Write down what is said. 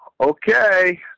Okay